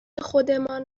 خودمان